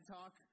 Talk